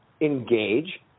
engage